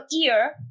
ear